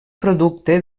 producte